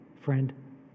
friend